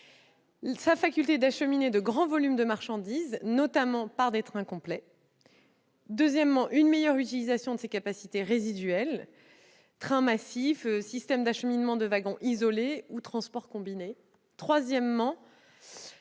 sa faculté d'acheminer de grands volumes de marchandises, notamment par des trains complets. Je pense également à une meilleure utilisation de ses capacités résiduelles : trains massifs, système d'acheminement par wagon isolé ou transport combiné ... Je